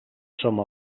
som